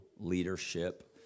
leadership